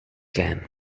can